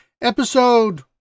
episode